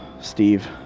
Steve